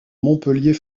montpellier